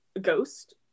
ghost